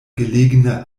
gelegene